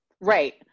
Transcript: right